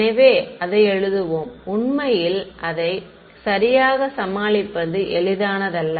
எனவே அதை எழுதுவோம் உண்மையில் அதை சரியாக சமாளிப்பது எளிதானது அல்ல